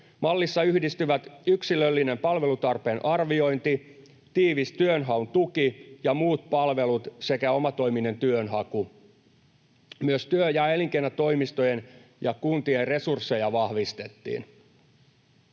Mallissa yhdistyvät yksilöllinen palvelutarpeen arviointi, tiivis työnhaun tuki ja muut palvelut sekä omatoiminen työnhaku. Myös työ- ja elinkeinotoimistojen ja kuntien resursseja vahvistettiin.